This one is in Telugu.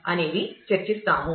అనేవి చర్చిస్తాము